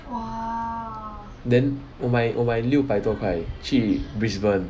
then 我买我买六百多块去 brisbane